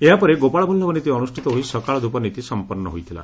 ଏହାପରେ ଗୋପାଳବଲ୍ଲଭ ନୀତି ଅନୁଷ୍ଷିତ ହୋଇ ସକାଳଧୂପ ନୀତି ସମ୍ମନ୍ନ ହୋଇଥିଲା